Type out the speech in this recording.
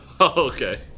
okay